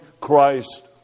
Christ